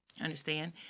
Understand